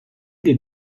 des